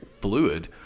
fluid